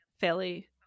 fairly